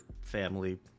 family